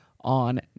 on